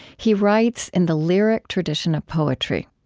he writes in the lyric tradition of poetry